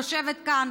יושבת כאן,